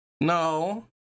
No